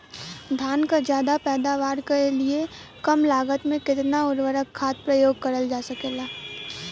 धान क ज्यादा पैदावार के लिए कम लागत में कितना उर्वरक खाद प्रयोग करल जा सकेला?